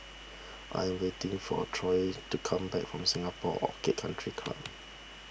I am waiting for Toy to come back from Singapore Orchid Country Club